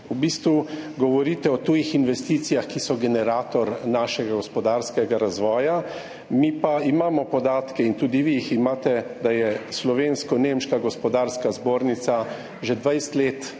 V bistvu govorite o tujih investicijah, ki so generator našega gospodarskega razvoja, mi pa imamo podatke – in tudi vi jih imate – da Slovensko-nemška gospodarska zbornica že 20 let dela